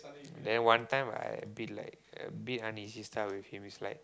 then one time I a bit like a bit uneasy stuff with him is like